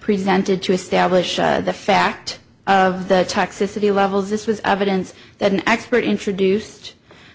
presented to establish the fact of the toxicity levels this was evidence that an expert introduced